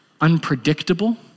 unpredictable